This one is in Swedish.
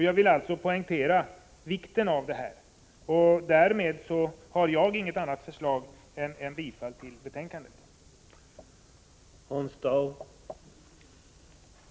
Jag vill alltså framhålla vikten av att detta sker, och därmed har jag inget annat förslåg än bifall till utskottets hemställan.